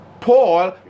paul